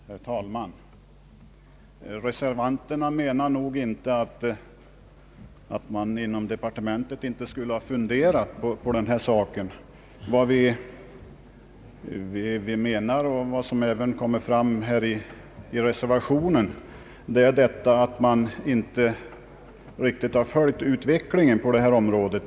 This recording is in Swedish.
Herr talman! Reservanterna menar nog inte att man inom departementet inte skulle ha funderat på den här saken. Vad vi menar och vad som kommer fram i reservationen är att man inte riktigt har följt utvecklingen på detta område.